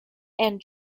and